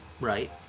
Right